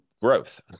growth